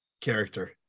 character